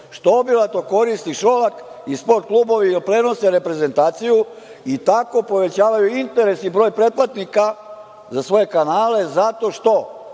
što obilato koristi Šolak i sport klubovi da prenose reprezentaciju i tako povećavaju interes i broj pretplatnika za svoje kanale zato što